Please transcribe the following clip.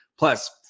Plus